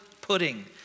pudding